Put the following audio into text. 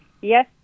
yes